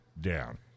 down